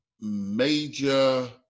major